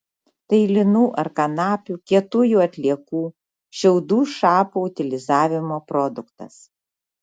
tai linų ar kanapių kietųjų atliekų šiaudų šapų utilizavimo produktas